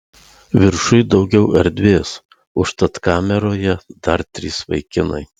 viršuj daugiau erdvės užtat kameroje dar trys vaikinai